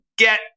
get